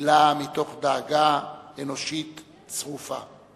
אלא מתוך דאגה אנושית צרופה.